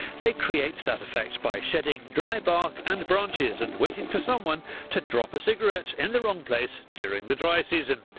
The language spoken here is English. they create that effect by shedding dry bark and branches, and waiting for someone to drop a cigarette in and the wrong place during the dry season.